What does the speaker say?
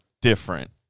different